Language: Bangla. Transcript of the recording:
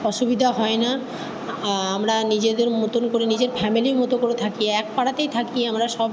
অসুবিধা হয় না আমরা নিজেদের মতোন করে নিজের ফ্যামেলির মতো করে থাকি এক পাড়াতেই থাকি আমরা সব